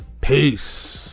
Peace